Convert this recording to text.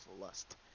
lust